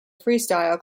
freestyle